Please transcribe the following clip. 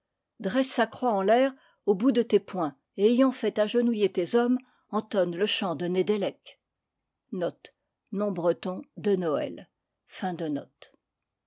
sa croix dans l'air au bout de tes poings et ayant fait agenouiller tes hommes entonne le chant de ne dc